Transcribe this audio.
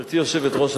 גברתי היושבת-ראש,